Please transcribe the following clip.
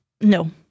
no